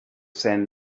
send